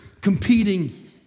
competing